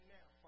now